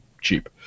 cheap